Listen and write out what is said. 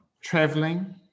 traveling